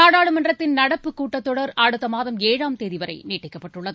நாடாளுமன்றத்தின் நடப்பு கூட்டத்தொடர் அடுத்த மாதம் ஏழாம் தேதி வரை நீட்டிக்கப்பட்டுள்ளது